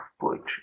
poetry